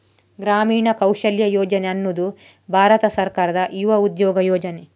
ಗ್ರಾಮೀಣ ಕೌಶಲ್ಯ ಯೋಜನೆ ಅನ್ನುದು ಭಾರತ ಸರ್ಕಾರದ ಯುವ ಉದ್ಯೋಗ ಯೋಜನೆ